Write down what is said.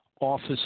office